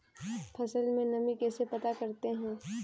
फसल में नमी कैसे पता करते हैं?